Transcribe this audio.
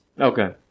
Okay